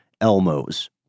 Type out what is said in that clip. Elmo's